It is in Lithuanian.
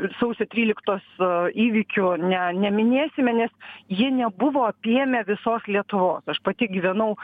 sausio tryliktos įvykių ne neminėsime nes jie nebuvo apėmę visos lietuvos aš pati gyvenau